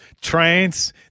trance